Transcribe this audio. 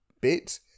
bit